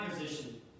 position